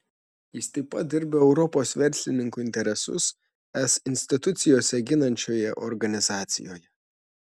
jis taip pat dirba europos verslininkų interesus es institucijose ginančioje organizacijoje